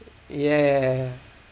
ya ya ya